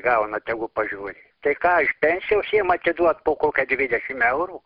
gauna tegu pažiūri tai ką iš pensijos jiem atiduot po kokia dvidešim eurų